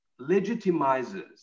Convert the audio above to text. legitimizes